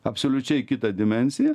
absoliučiai kitą dimensiją